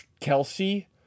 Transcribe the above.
Kelsey